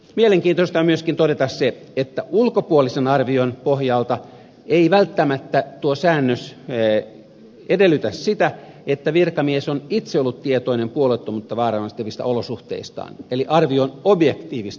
mielenkiintoista on todeta myöskin se että ulkopuolisen arvion pohjalta tuo säännös ei välttämättä edellytä sitä että virkamies on itse ollut tietoinen puolueettomuutta vaarantavista olosuhteistaan eli arvio on objektiivista